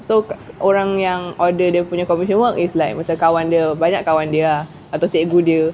so orang yang order dia punya commission work is like kawan dia banyak kawan dia atau cikgu dia